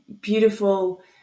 beautiful